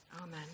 Amen